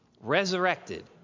resurrected